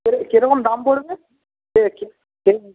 কীরকম দাম পড়বে